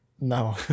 No